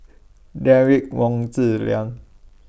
Derek Wong Zi Liang